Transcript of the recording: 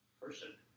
person